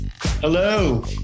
Hello